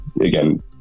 again